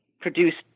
produced